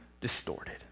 distorted